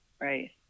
Right